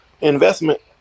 investment